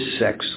sex